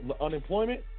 Unemployment